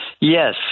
Yes